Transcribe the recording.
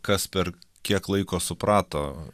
kas per kiek laiko suprato